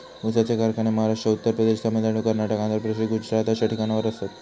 ऊसाचे कारखाने महाराष्ट्र, उत्तर प्रदेश, तामिळनाडू, कर्नाटक, आंध्र प्रदेश, गुजरात अश्या ठिकाणावर आसात